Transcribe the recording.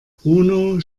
bruno